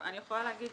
אני יכולה להגיד